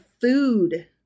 food